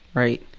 right?